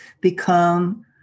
become